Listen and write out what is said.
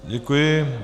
Děkuji.